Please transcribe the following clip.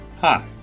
Hi